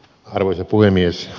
arvoisa puhemies